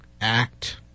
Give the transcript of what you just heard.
act